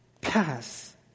pass